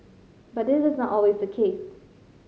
but this is not always the case